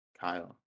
Kyle